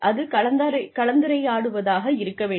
அது கலந்துரையாடுவதாக இருக்க வேண்டும்